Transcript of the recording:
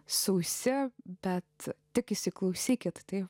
sausi bet tik įsiklausykit tai